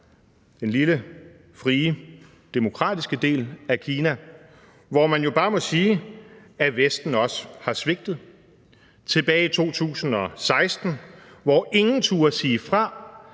den lille frie demokratiske del af Kina, hvor man jo bare må sige, at Vesten også har svigtet. Det var tilbage i 2016, hvor ingen turde sige fra,